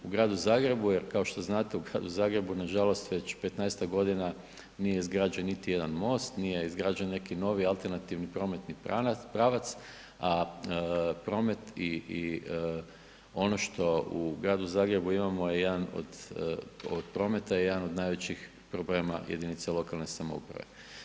U gradu Zagrebu je kao što znate u gradu Zagrebu nažalost već petnaestak godina nije izgrađen niti jedan most, nije izgrađen neki novi alternativni prometni pravac, a promet i ono što u gradu Zagrebu imamo od prometa je jedan od najvećih problema jedinica lokalne samouprave.